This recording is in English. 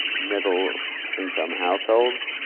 middle income households